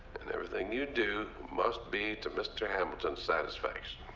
and everything you do must be to mr. hamilton's satisfaction.